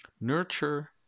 Nurture